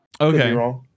Okay